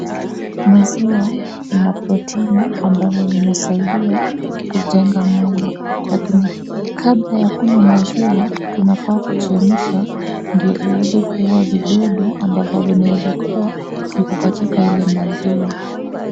Maziwa ina protini ambazo zinasaidia kujenga mwili, lakini kabla ya kunywa maziwa tunafaa kuchemsha ndio iweze kuua vidudu ambavyo vinaweza kuwa iko katika ile maziwa.